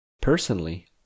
Personally